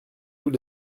tous